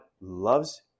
loves